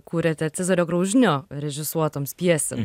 kūrėte cezario graužinio režisuotoms pjesėm